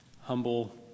humble